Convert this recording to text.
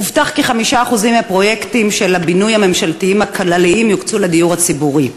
הובטח כי 5% מהפרויקטים הממשלתיים הכלליים לבינוי יוקצו לדיור הציבורי.